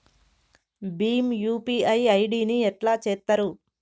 Bhim U P I I D ని ఎట్లా చేత్తరు?